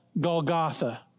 Golgotha